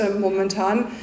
momentan